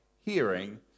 hearing